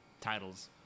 titles